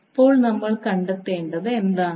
ഇപ്പോൾ നമ്മൾ കണ്ടെത്തേണ്ടത് എന്താണ്